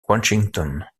washington